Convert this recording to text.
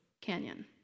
canyon